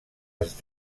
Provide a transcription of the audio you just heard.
els